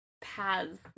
paths